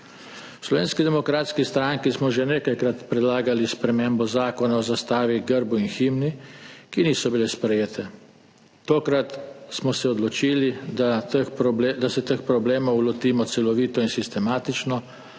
Slovenski demokratski stranki smo že nekajkrat predlagali spremembe Zakona o grbu, zastavi in himni Republike Slovenije, ki niso bile sprejete. Tokrat smo se odločili, da se teh problemov lotimo celovito in sistematično,